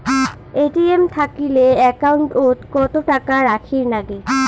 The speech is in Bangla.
এ.টি.এম থাকিলে একাউন্ট ওত কত টাকা রাখীর নাগে?